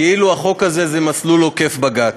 כאילו החוק הזה הוא מסלול עוקף-בג"ץ.